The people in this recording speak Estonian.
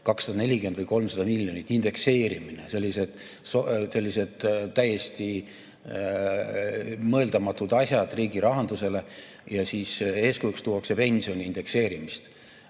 240 või 300 miljonit, indekseerimine. Sellised täiesti mõeldamatud asjad riigi rahandusele. Ja eeskujuks tuuakse pensioni indekseerimist.